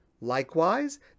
likewise